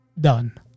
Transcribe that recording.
done